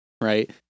right